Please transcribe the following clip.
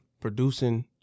producing